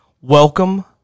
Welcome